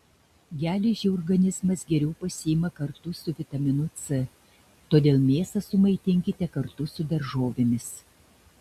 geležį organizmas geriau pasiima kartu su vitaminu c todėl mėsą sumaitinkite kartu su daržovėmis